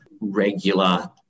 regular